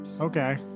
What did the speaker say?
Okay